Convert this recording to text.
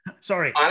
sorry